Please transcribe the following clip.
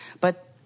But-